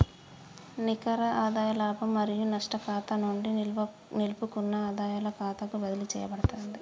నికర ఆదాయ లాభం మరియు నష్టం ఖాతా నుండి నిలుపుకున్న ఆదాయాల ఖాతాకు బదిలీ చేయబడతాంది